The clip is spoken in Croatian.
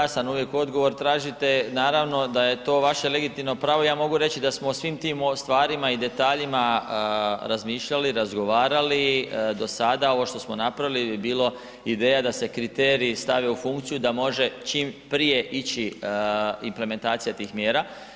Pa jasan uvijek odgovor tražite, naravno da je to vaše legitimno pravo, ja mogu reći da smo o svim tim stvarima i detaljima razmišljali, razgovarali do sada, ovo što smo napravili bi bilo ideja da se kriteriji stave u funkciju da može čim prije ići implementacija tih mjera.